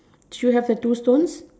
should have the two stones